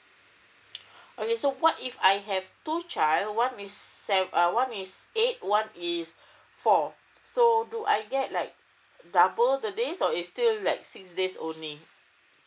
okay so what if I have two child one is seve~ uh one is eight one is four so do I get like double the day so it's still like six days only